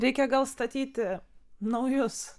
reikia gal statyti naujus